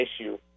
issue